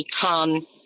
become